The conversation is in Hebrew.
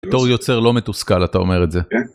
בתור יוצר לא מתוסכל, אתה אומר את זה. כן.